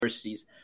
universities